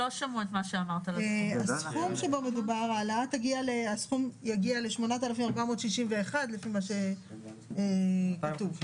הסכום יגיע ל-8,461 לפי מה שכתוב.